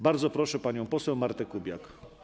Bardzo proszę panią poseł Martę Kubiak.